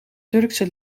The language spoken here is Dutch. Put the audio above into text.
turkse